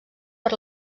per